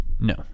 No